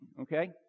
okay